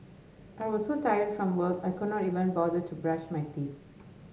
I was so tired from work I could not even bother to brush my teeth